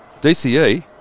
DCE